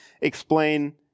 explain